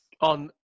on